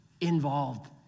involved